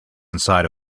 inside